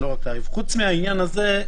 פרט לעניין הזה,